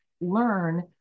learn